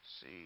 see